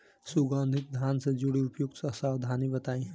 सुगंधित धान से जुड़ी उपयुक्त सावधानी बताई?